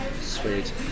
Sweet